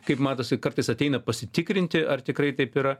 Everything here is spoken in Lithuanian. kaip matosi kartais ateina pasitikrinti ar tikrai taip yra